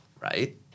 right